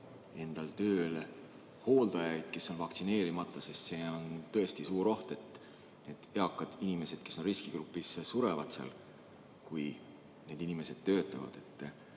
pidada tööl hooldajaid, kes on vaktsineerimata, sest on tõesti suur oht, et need eakad inimesed, kes on riskigrupis, surevad, kui need inimesed seal töötavad. Ent